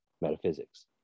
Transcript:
metaphysics